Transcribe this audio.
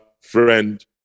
friend